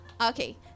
Okay